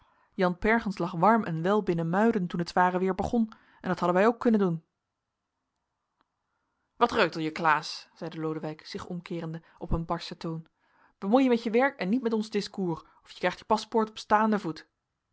jan pergens lag warm en wel binnen muiden toen het zware weer begon en dat hadden wij ook kunnen doen wat reutel je klaas zeide lodewijk zich omkeerende op een barschen toon bemoei je met je werk en niet met ons discours of je krijgt je paspoort op staanden voet